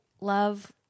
love